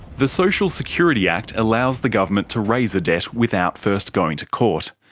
the social security act allows the government to raise a debt without first going to court.